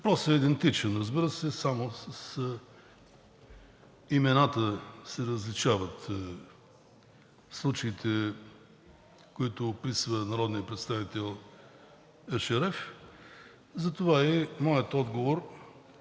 Въпросът е идентичен, разбира се, и само имената се различават в случаите, които описва народният представител Ешереф, и затова и моят отговор